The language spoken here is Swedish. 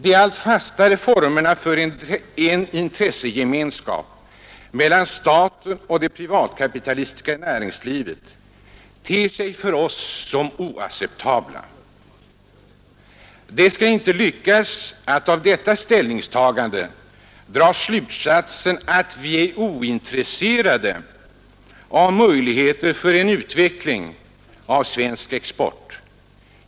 De allt fastare formerna för en intressegemenskap mellan staten och det privatkapitalistiska näringslivet ter sig för oss som oacceptabla. Det skall inte lyckas att av detta ställningstagande dra slutsatsen, att vi är ointresserade av möjligheter för en utveckling av svensk export.